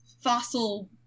fossil